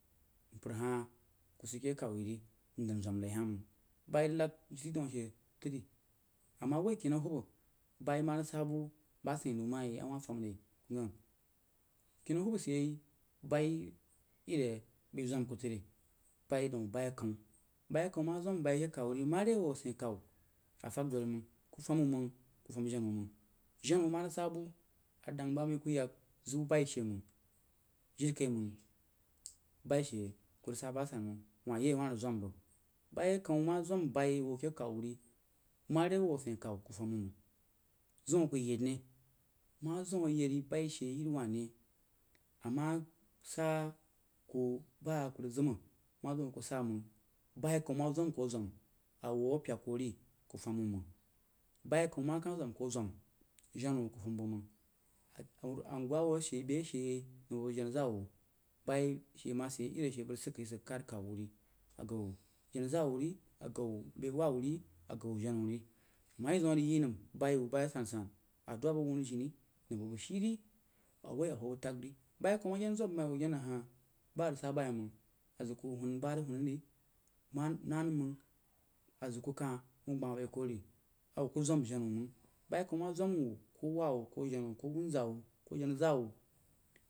Mpər ha ku sid ke kawu ri ndan zwəm nai ha məng bayi rig nad jin daun ashe tri a ma woi kinnau bahubba bayi ma rig sa bu ba sein nau ma yi awah fəm ri ku yangha kinau hubba sid yei bayi iri bai zwəm kufri, bayi daun bayi akaunb bayi akawah ma zwəm bayi ke kawu wuh ri maa wuh asain kawu a fəg don məng ku fam wuh məng ku fəm jenna wu məng jenna wuh ma ng sa bu dəng bəg a bəg ku yak ziu bayi she məng j ri kaimang bayi she ku rig sa ba san məng wa ya rig zwəm bəg bayi akawuh ma zwəm bayi ake kawu wuri mare wu asein kawu ku fam wu məng ma zam a ku yed ne ma zəm yeri bayi she ne a ma sa ku ba ku rig zim ma zim wu ku ba məng bayi akawuh ma zwəm ku zwəm a wuh a pyek ku ri ku fam wu məng bayi akawah ma ka zwəm ku zwəm jenna wa ka fam bəg məng angwan wu ashe yei nəng ba bəg jenna zaá wuh bayi she ma sid yei iri ashe bəg rig sakke kare a kawu wuh ri a gbau jenna zaá wuh ri, a ghau beh wah wuh ri, a ghau jenna wuh ri a ma zim a yi nəm bayi wuh a san-san a doub awunu jini mbəg ku shi ri a woi a huo bəg tab ri, bayi akawuh ma jen zwəm bayi wub jenaha ba rig sa bayaiməng a zəg ku huna ba rig huna ri ma nanəm məng a zəg ku ka mau gbah bai ri a ku kuh zwəm jenna wuh məng ku ma zwəm wu koh wah-wah koh jenna wuh, koh wunzaa wuh koh jenna zaá wuh.